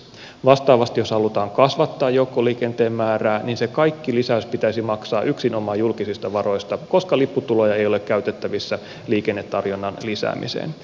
vastaavasti jos halutaan kasvattaa joukkoliikenteen määrää niin se kaikki lisäys pitäisi maksaa yksinomaan julkisista varoista koska lipputuloja ei ole käytettävissä liikennetarjonnan lisäämiseen